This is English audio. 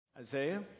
Isaiah